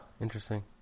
Interesting